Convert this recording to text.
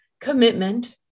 commitment